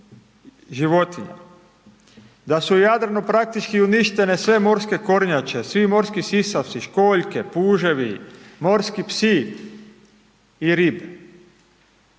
životinja, da su u Jadranu praktički uništene sve morske kornjače, svi morski sisavci, školjke, puževi, morski psi i ribe.